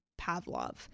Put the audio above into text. Pavlov